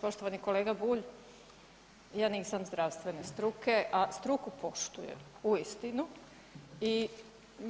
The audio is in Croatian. Poštovani kolega Bulj, ja nisam zdravstvene struke, a struku poštujem uistinu i